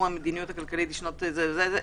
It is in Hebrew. המדיניות הכלכלית לשנת התקציב 2019),